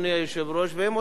והם עושים פוליטיקה.